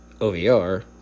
OVR